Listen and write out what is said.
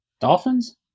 Dolphins